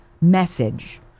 message